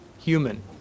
human